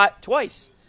Twice